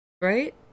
right